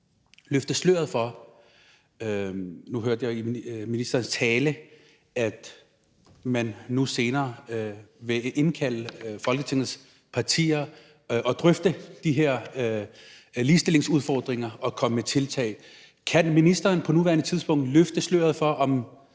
løfte sløret for noget. Jeg hørte i ministerens tale, at man nu senere vil indkalde Folketingets partier og drøfte de her ligestillingsudfordringer og komme med tiltag. Kan ministeren på nuværende tidspunkt løfte sløret for